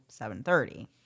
7.30